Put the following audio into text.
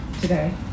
today